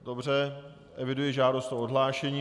Dobře, eviduji žádost o odhlášení.